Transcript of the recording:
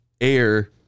air